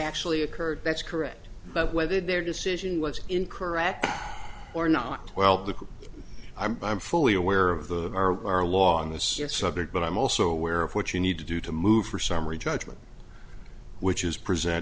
actually occurred that's correct but whether their decision was incorrect or not well i'm fully aware of the our our law on this subject but i'm also aware of what you need to do to move for summary judgment which is present